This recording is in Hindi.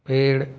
पेड़